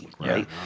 right